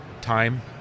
time